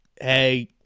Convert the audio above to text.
hey –